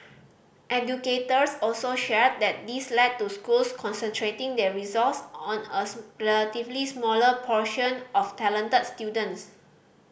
educators also shared that this led to schools concentrating their resource on a relatively smaller portion of talented students